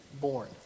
born